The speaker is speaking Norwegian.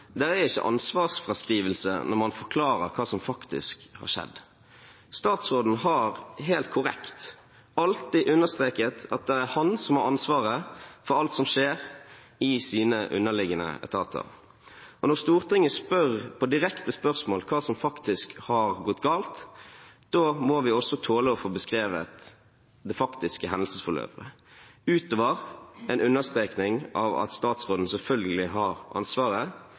er ikke ansvarsfraskrivelse når man forklarer hva som faktisk har skjedd. Statsråden har helt korrekt alltid understreket at det er han som har ansvaret for alt som skjer i hans underliggende etater. Når Stortinget spør – på direkte spørsmål – hva som faktisk har gått galt, må vi også tåle å få beskrevet det faktiske hendelsesforløpet, utover en understrekning av at statsråden selvfølgelig har ansvaret,